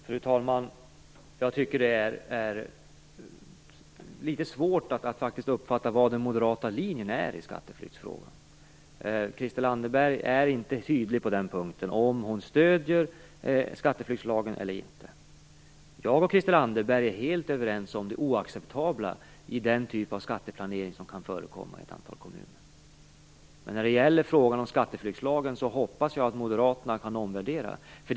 Fru talman! Jag tycker att det är litet svårt att uppfatta vilken den moderata linjen är i skatteflyktsfrågan. Christel Anderberg är inte tydlig när det gäller om hon stöder skatteflyktslagen eller inte. Jag och Christel Anderberg är helt överens om det oacceptabla med den typ av skatteplanering som kan förekomma i ett antal kommuner. Men när det gäller frågan om skatteflyktslagen hoppas jag att Moderaterna kan göra en omvärdering.